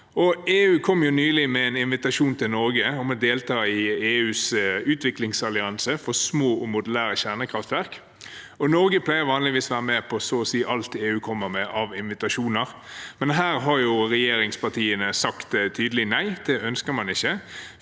EU kom nylig med en invitasjon til Norge om å delta i EUs utviklingsallianse for små og modulære kjernekraftverk. Norge pleier vanligvis å være med på så å si alt EU kommer med av invitasjoner, men her har regjeringspartiene sagt tydelig nei. Dette ønsker man ikke.